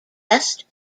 best